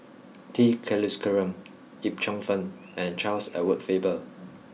T Kulasekaram Yip Cheong Fun and Charles Edward Faber